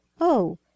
Oh